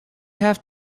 have